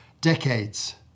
decades